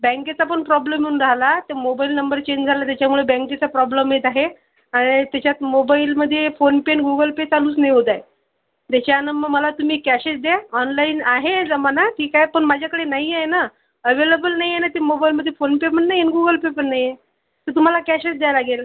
बँकेचा पण प्रॉब्लेम येऊन राहिला ते मोबाईल नंबर चेंज झाला त्याच्यामुळे बँकेचा प्रॉब्लेम येत आहे आणि त्याच्यात मोबाईलमध्ये फोन पे अन् गूगल पे चालूच नाही होत आहे त्याच्यानं मग मला तुम्ही कॅशच द्या ऑनलाईन आहे जमाना ठीक आहे पण माझ्याकडे नाही आहे ना अव्हेलेबल नाही आहे ना की मोबाईलमध्ये फोन पे पण नाही आहे आणि गूगल पे पण नाही आहे तुम्हाला कॅशच द्याया लागेल